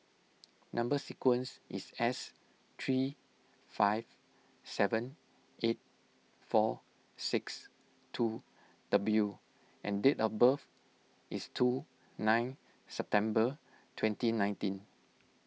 Number Sequence is S three five seven eight four six two W and date of birth is two nine September twenty nineteen